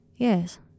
Yes